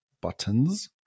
buttons